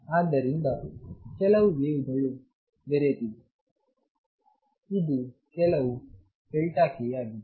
ಆದ್ದರಿಂದ ಕೆಲವು ವೇವ್ ಗಳು ಬೆರೆತಿವೆ ಇದು ಕೆಲವು k ಆಗಿದೆ